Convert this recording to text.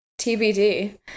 TBD